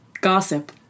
gossip